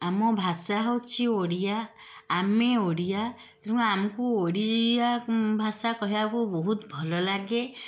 ଆମ ଭାଷା ହେଉଛି ଓଡ଼ିଆ ଆମେ ଓଡ଼ିଆ ତେଣୁ ଆମକୁ ଓଡ଼ିଆ ଭାଷା କହିବାକୁ ବହୁତ ଭଲ ଲାଗେ